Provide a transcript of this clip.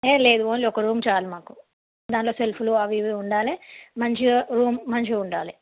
ఏం లేదు ఓన్లీ ఒక రూమ్ చాలు మాకు దానిలో సెల్ఫులు అవి ఇవి ఉండాలి మంచిగా రూమ్ మంచిగా ఉండాలి